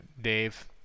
Dave